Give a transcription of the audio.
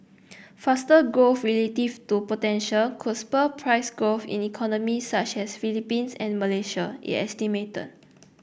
faster growth relative to potential could spur price growth in economies such as Philippines and Malaysia it estimated